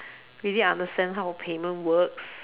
really understand how payment works